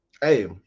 Hey